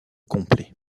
complet